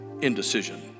indecision